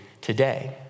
today